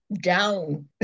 down